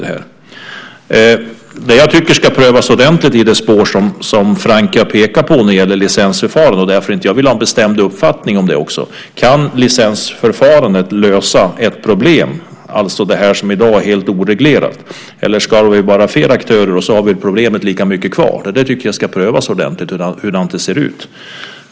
Det som jag tycker ska prövas ordentligt i det spår som Francke har pekat på när det gäller licensförfarande, och som gör att jag inte vill ha en bestämd uppfattning om detta, är om licensförfarandet kan lösa problemet med det helt oreglerade spelet eller om vi ska ha fler aktörer och ha problemet kvar. Jag tycker att det ska prövas ordentligt hurdant det ser ut.